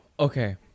Okay